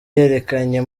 yerekanye